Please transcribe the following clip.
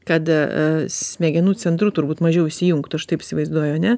kad a smegenų centrų turbūt mažiau įsijungtų aš taip įsivaizduoju ane